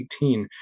2018